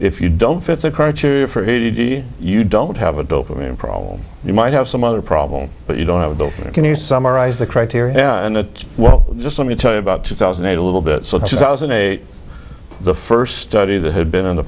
if you don't fit the criteria for a t d you don't have a dope i mean problem you might have some other problems but you don't have the can you summarize the criteria and that well just let me tell you about two thousand and eight a little bit so two thousand and eight the first study that had been in the